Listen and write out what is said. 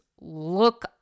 look